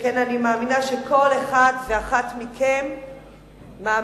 שכן אני מאמינה שכל אחד ואחד מכם מאמין